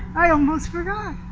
i almost forgot.